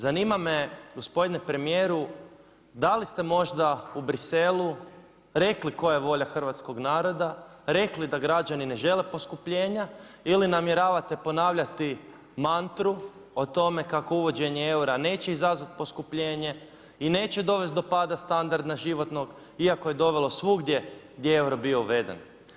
Zanima me gospodine premijeru da li ste možda u Briselu rekli koja je volja hrvatskog naroda, rekli da građani ne žele poskupljenja ili namjeravate ponavljati mantru o tome kako uvođenje eura neće izazvati poskupljenje i neće dovesti do pada standarda životnog iako je dovelo svugdje gdje je euro bio uveden.